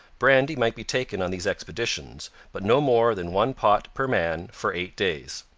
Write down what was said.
brandy might be taken on these expeditions, but no more than one pot per man for eight days.